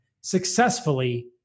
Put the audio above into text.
successfully